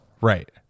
Right